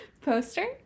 Poster